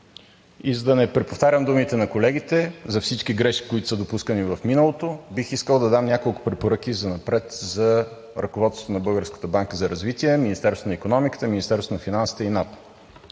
И за да не преповтарям думите на колегите, за всички грешки, които са допускани в миналото, бих искал да дам няколко препоръки занапред за ръководството на Българска банка за развитие, Министерството на икономиката, Министерството на финансите и НАП.